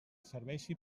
serveixi